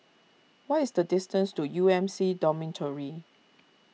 what is the distance to U M C Dormitory